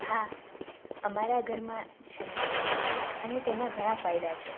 હા અમારા ઘરમાં છે અને તેના ઘણા ફાયદા છે